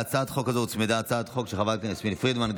להצעת החוק הזאת הוצמדה הצעת חוק של חברת הכנסת יסמין פרידמן,